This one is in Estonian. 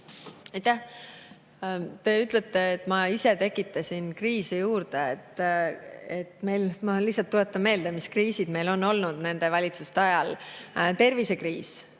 Te ütlete, et ma ise tekitasin kriise juurde. Ma lihtsalt tuletan meelde, mis kriisid meil on olnud nende valitsuste ajal. Tervisekriis